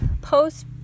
post